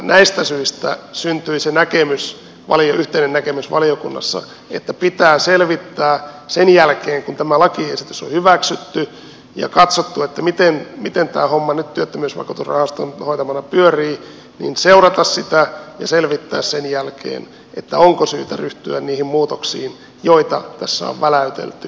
näistä syistä syntyi se yhteinen näkemys valiokunnassa että pitää sen jälkeen kun tämä lakiesitys on hyväksytty ja katsottu miten tämä homma nyt työttömyysvakuutusrahaston hoitamana pyörii seurata sitä ja selvittää onko syytä ryhtyä niihin muutoksiin joita tässä on väläytelty